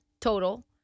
total